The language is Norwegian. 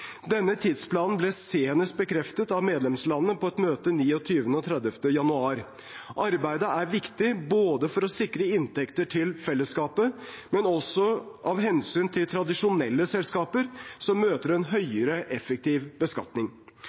Denne tidsplanen ble senest bekreftet av medlemslandene på et møte 29. og 30. januar. Arbeidet er viktig for å sikre inntekter til fellesskapet, men også av hensyn til tradisjonelle selskaper som møter en høyere effektiv beskatning.